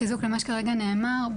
בחיזוק למה שכרגע נאמר,